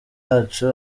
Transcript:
yacu